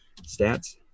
stats